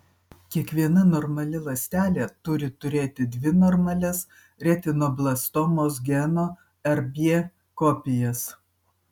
kiekviena normali ląstelė turi turėti dvi normalias retinoblastomos geno rb kopijas